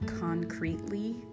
concretely